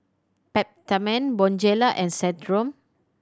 Peptamen Bonjela and Centrum